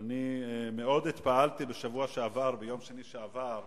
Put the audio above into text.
אני מאוד התפעלתי בשבוע שעבר, ביום שני שעבר,